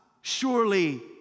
surely